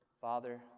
Father